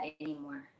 anymore